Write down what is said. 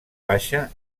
baixa